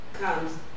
comes